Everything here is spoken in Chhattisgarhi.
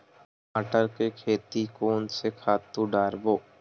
टमाटर के खेती कोन से खातु डारबो?